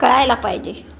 कळायला पाहिजे